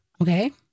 Okay